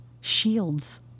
shields